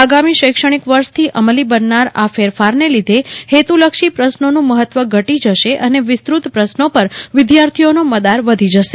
આગામી શૈક્ષણિક વર્ષથી અમલી બનનારા આ ફેરફાર ને લીધે હેતુલક્ષી પ્રશ્નોનું મફત્વ ઘટી જશે અને વિસ્તૃત પ્રશ્નો પર વિદ્યાર્થીઓનો મદાર વધી જશે